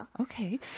Okay